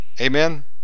Amen